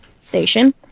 station